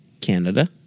Canada